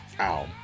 ow